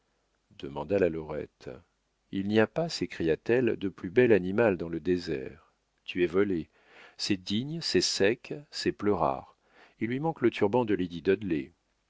demanda la lorette il n'y a pas s'écria-t-elle de plus bel animal dans le désert tu es volé c'est digne c'est sec c'est pleurard il lui manque le turban de